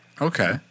Okay